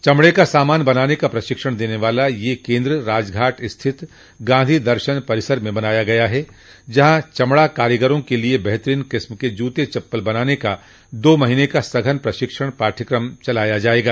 चमड़े का सामान बनाने का प्रशिक्षण देने वाला यह केन्द्र राजघाट स्थित गांधी दर्शन परिसर में बनाया गया है जहां चमड़ा कारीगरों के लिये बेहतरीन किस्म के जूते चप्पल बनाने का दो महीने का सघन प्रशिक्षण पाठ्यक्रम चलाया जायेगा